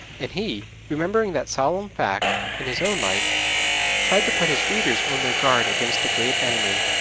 and he remembering that solemn fact in his own life tried to put his readers on their guard against the great enemy,